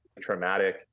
traumatic